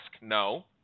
No